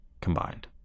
combined